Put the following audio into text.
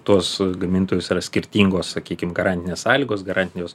tuos gamintojus yra skirtingos sakykim garantinės sąlygos garantijos